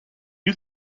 you